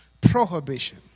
prohibition